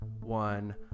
one